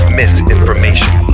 misinformation